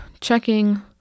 checking